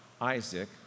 Isaac